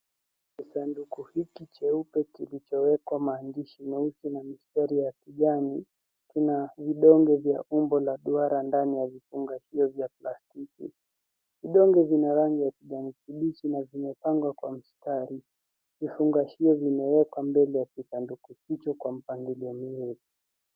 Sanduku hiki jeupe kilichowekwa maandishi meusi na mistari ya kijani kina vidonge vya umbo la duara ndani ya viungashio vya plastiki. Vidonge vina rangi ya kijani kibichi na vimeangwa kwa mistari. Vifungashio vimewekwa mbele ya kisanduku hicho kwa mangilio mzuri.